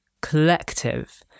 collective